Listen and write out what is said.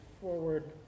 forward